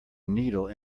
needle